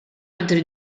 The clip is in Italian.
altri